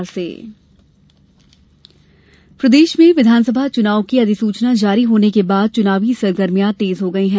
निामांकन पत्र प्रदेश में विघानसभा चुनाव की अधिसूचना जारी होने के बाद चुनावी सरगर्भियां तेज हो गई हैं